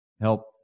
help